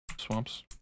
swamps